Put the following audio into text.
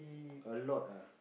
a lot ah